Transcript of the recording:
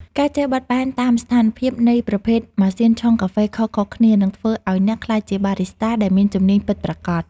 ការចេះបត់បែនតាមស្ថានភាពនៃប្រភេទម៉ាស៊ីនឆុងកាហ្វេខុសៗគ្នា នឹងធ្វើឱ្យអ្នកក្លាយជាបារីស្តាដែលមានជំនាញពិតប្រាកដ។